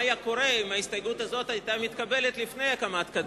מה היה קורה אם ההסתייגות הזאת היתה מתקבלת לפני הקמת קדימה,